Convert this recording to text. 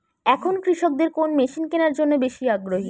এখন কৃষকদের কোন মেশিন কেনার জন্য বেশি আগ্রহী?